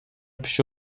پیش